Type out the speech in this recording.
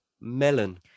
melon